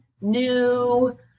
new